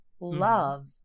Love